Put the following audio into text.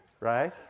Right